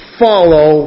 follow